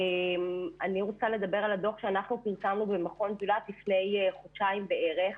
אני רוצה לדבר על הדוח שאנחנו פרסמנו במכון זולת לפני חודשיים בערך,